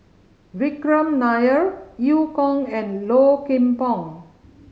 Vikram Nair Eu Kong and Low Kim Pong